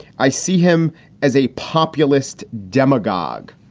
i see him as a populist demagogue.